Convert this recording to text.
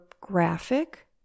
graphic